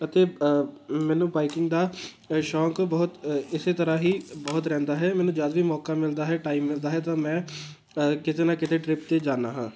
ਅਤੇ ਮੈਨੂੰ ਬਾਈਕਿੰਗ ਦਾ ਸ਼ੌਂਕ ਬਹੁਤ ਇਸੇ ਤਰ੍ਹਾਂ ਹੀ ਬਹੁਤ ਰਹਿੰਦਾ ਹੈ ਮੈਨੂੰ ਜਦ ਵੀ ਮੌਕਾ ਮਿਲਦਾ ਹੈ ਟਾਈਮ ਮਿਲਦਾ ਹੈ ਤਾਂ ਮੈਂ ਕਿਤੇ ਨਾ ਕਿਤੇ ਟ੍ਰਿਪ 'ਤੇ ਜਾਂਦਾ ਹਾਂ